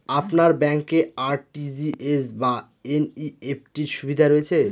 আপনার ব্যাংকে আর.টি.জি.এস বা এন.ই.এফ.টি র সুবিধা রয়েছে?